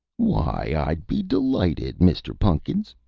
why, i'd be delighted, mr. pun'kins,